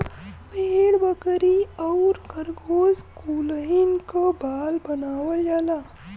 भेड़ बकरी आउर खरगोस कुलहीन क बाल से बनावल जाला